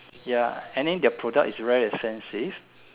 ya and then their product is very expensive